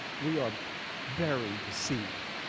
we are very deceived.